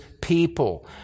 people